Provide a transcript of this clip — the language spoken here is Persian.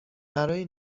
برای